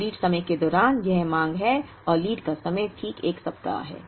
अब लीड समय के दौरान यह मांग है और लीड का समय ठीक 1 सप्ताह है